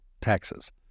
taxes